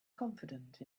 confident